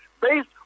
based